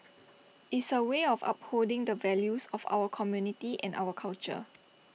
is A way of upholding the values of our community and our culture